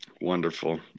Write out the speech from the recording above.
Wonderful